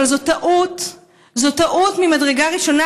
אבל זה טעות ממדרגה ראשונה,